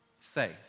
faith